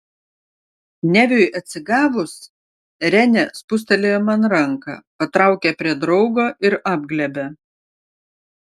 neviui atsigavus renė spustelėjo man ranką patraukė prie draugo ir apglėbė